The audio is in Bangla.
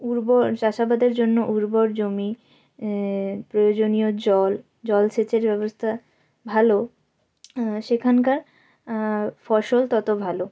উর্বর চাষাবাদের জন্য উর্বর জমি প্রয়োজনীয় জল জলসেচের ব্যবস্থা ভালো সেখানকার ফসল তত ভালো